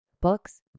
Books